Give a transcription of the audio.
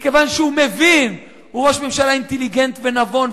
מכיוון שהוא מבין הוא ראש ממשלה אינטליגנט ונבון,